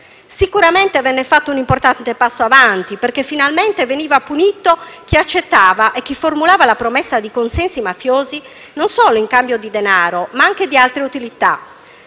Sicuramente venne fatto un importante passo avanti, perché finalmente veniva punito chi accettava e chi formulava la promessa di consensi mafiosi, non solo in cambio di denaro, ma anche di «altre utilità»,